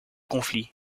conflit